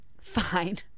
Fine